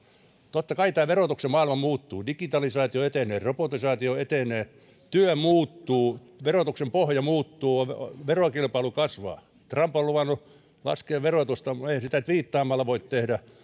totta kai tämä verotuksen maailma muuttuu digitalisaatio etenee robotisaatio etenee työ muuttuu verotuksen pohja muuttuu verokilpailu kasvaa trump on luvannut laskea verotusta ei hän sitä tviittaamalla voi tehdä